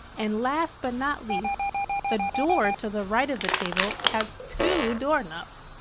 and last but not least the door to the right of the table has two doorknobs.